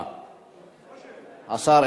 אורית זוארץ,